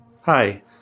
Hi